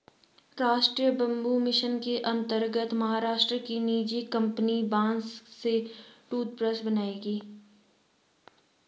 राष्ट्रीय bamboo mission के अंतर्गत महाराष्ट्र की निजी कंपनी बांस से टूथब्रश बनाएगी